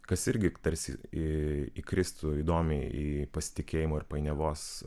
kas irgi tarsi įkristų įdomiai į pasitikėjimo ir painiavos